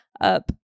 up